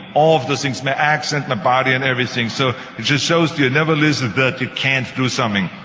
all of those things, my accent, my body, and everything. so it just shows to you, never listen that you can't do something.